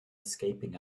escaping